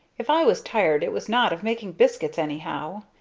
if i was tired it was not of making biscuits anyhow.